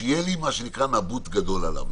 שיהיה לי מה שנקרא "נבוט גדול" עליו.